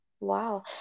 Wow